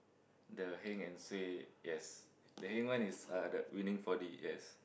the heng and suay yes the heng one is uh winning four-D yes